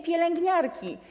Pielęgniarki.